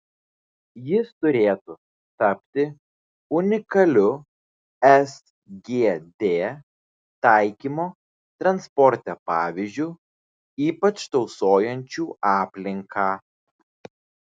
jis turėtų tapti unikaliu sgd taikymo transporte pavyzdžiu ypač tausojančiu aplinką